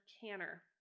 canner